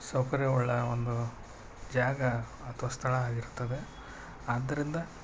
ಸೌಕರ್ಯವುಳ್ಳ ಒಂದು ಜಾಗ ಅಥ್ವಾ ಸ್ಥಳ ಆಗಿರುತ್ತದೆ ಆದ್ದರಿಂದ